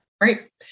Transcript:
Right